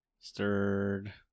Stirred